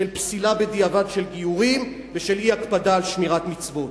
של פסילה בדיעבד של גיורים בשל אי-הקפדה על שמירת מצוות.